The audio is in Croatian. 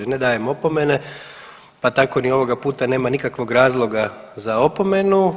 Ne dajem opomene, pa tako ni ovoga puta nema nikakvog razloga da opomenu.